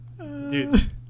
Dude